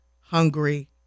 hungry